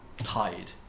Tied